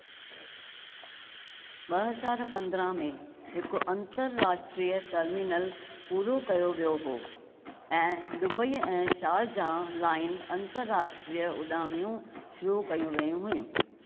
ॿ हज़ार पंद्रहं में हिकु अंतरराष्ट्रीय टर्मिनल पूरो कयो वियो हो ऐं दुबईअ ऐं शारजाह लाइ अंतर्राष्ट्रीय उॾामियूं शुरू कयूं वयूं हुयूं